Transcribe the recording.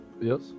Yes